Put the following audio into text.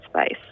space